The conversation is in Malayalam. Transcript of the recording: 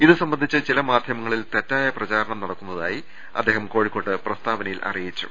ഇതുസംബന്ധിച്ച് ചില മാധ്യമങ്ങളിൽ തെറ്റായ പ്രചാരണം നടക്കുന്നതായി അദ്ദേഹം കോഴിക്കോട്ട് പ്രസ്താ വനയിൽ അറിയിച്ചു